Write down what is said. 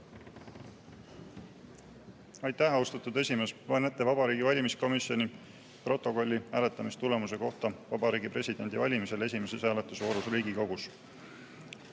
Aitäh, austatud esimees! Loen ette Vabariigi Valimiskomisjoni protokolli hääletamistulemuse kohta Vabariigi Presidendi valimisel esimeses hääletusvoorus Riigikogus.